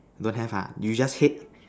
don't have ah you just head